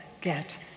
get